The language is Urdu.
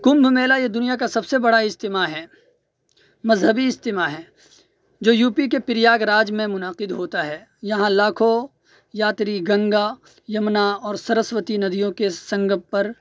کمبھ میلہ یہ دنیا کا سب سے بڑا اجتماع ہے مذہبی اجتماع ہے جو یو پی کے پریاگ راج میں منعقد ہوتا ہے یہاں لاکھوں یاتری گنگا یمنا اور سروستی ندیوں کے سنگم پر